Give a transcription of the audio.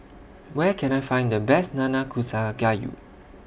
Where Can I Find The Best Nanakusa Gayu